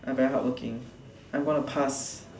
I very hardworking I'm going to pass